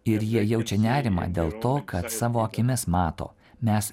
ir jie jaučia nerimą dėl to kad savo akimis mato mes